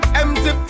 empty